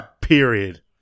period